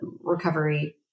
recovery